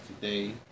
today